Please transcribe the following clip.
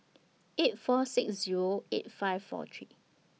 eight four six Zero eight five four three